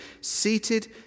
seated